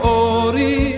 ori